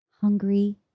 hungry